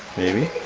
maybe.